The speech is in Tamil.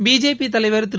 பிஜேபி தலைவர் திரு